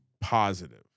positive